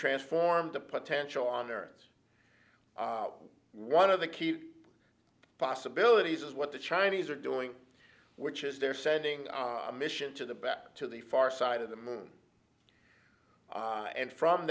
transform to potential on earth one of the key possibilities is what the chinese are doing which is they're sending a mission to the back to the far side of the moon and from